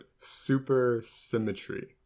supersymmetry